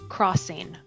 Crossing